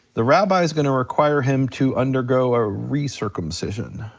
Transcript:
the rabbi's gonna require him to undergo a re-circumcision.